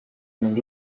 ning